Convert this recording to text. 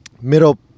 middle